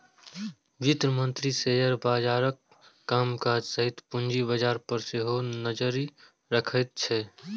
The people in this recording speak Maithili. वित्त मंत्रालय शेयर बाजारक कामकाज सहित पूंजी बाजार पर सेहो नजरि रखैत छै